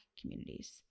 communities